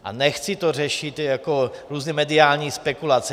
A nechci to řešit jako různé mediální spekulace.